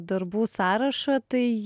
darbų sąrašą tai